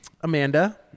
Amanda